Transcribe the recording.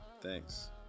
Thanks